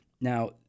Now